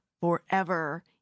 forever